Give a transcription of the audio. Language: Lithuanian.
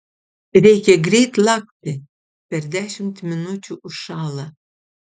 reikia greit lakti per dešimt minučių užšąla